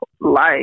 life